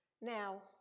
Now